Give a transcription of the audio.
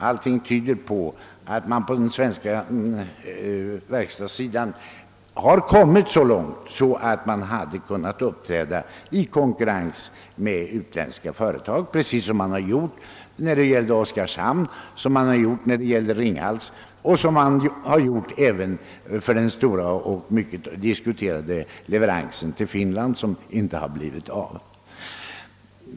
Allting tyder på att den svenska verkstadsindustrin kommit så långt, att den kunnat uppträda i konkurrens med utländska företag, precis som den gjorde när det gällde Oskarshamn och Ringhals och som den gjorde även när det gällde den stora och mycket diskuterade leveransen till Finland som inte blivit av.